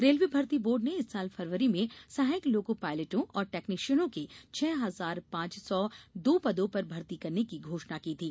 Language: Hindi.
रेलवे भर्ती बोर्ड ने इस साल फरवरी में सहायक लोको पायलटों और टेक्नीशियनों के छह हजार पांच सौ दो पदों पर भर्ती करने की घोषणा की थी